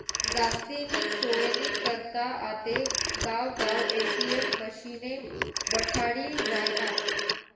जास्तीनी सोयनी करता आते गावगाव ए.टी.एम मशिने बठाडी रायनात